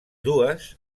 dues